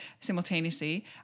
Simultaneously